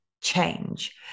change